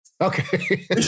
Okay